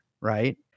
right